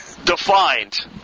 Defined